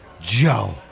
Joe